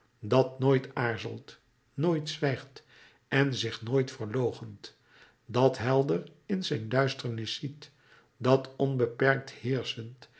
dat nooit aarzelt nooit zwijgt en zich nooit verloochent dat helder in zijn duisternis ziet dat onbeperkt